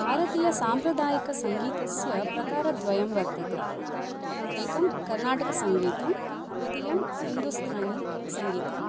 भारतीयसाम्प्रदायिकसङ्गीतस्य प्रकारद्वयं वर्तते एकं कर्णाटकसङ्गीतं द्वितीयं हिन्दुस्थानिसङ्गीतम्